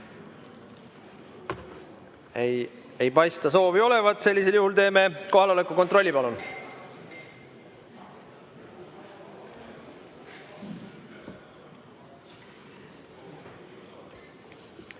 Ei paista soovi olevat. Sellisel juhul teeme kohaloleku kontrolli.